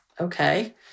okay